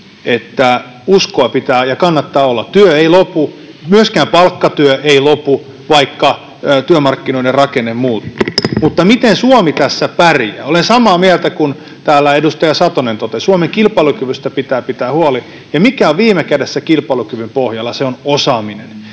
uskoa pitää ja kannattaa olla. Työ ei lopu. Myöskään palkkatyö ei lopu, vaikka työmarkkinoiden rakenne muuttuu. Mutta miten Suomi tässä pärjää? Olen samaa mieltä kuin mitä täällä edustaja Satonen totesi: Suomen kilpailukyvystä pitää pitää huoli. Ja mikä on viime kädessä kilpailukyvyn pohjalla? Se on osaaminen.